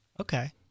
Okay